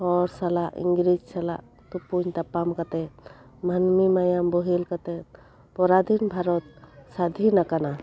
ᱦᱚᱲ ᱥᱟᱞᱟᱜ ᱤᱧᱨᱮᱡ ᱥᱟᱞᱟᱜ ᱛᱩᱯᱩᱧ ᱛᱟᱯᱟᱢ ᱠᱟᱛᱮᱫ ᱢᱟᱹᱱᱢᱤ ᱢᱟᱭᱟᱢ ᱵᱚᱦᱮᱞ ᱠᱟᱛᱮᱫ ᱯᱚᱨᱟᱫᱷᱤᱱ ᱵᱷᱟᱨᱚᱛ ᱥᱟᱫᱷᱤᱱ ᱟᱠᱟᱱᱟ